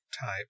type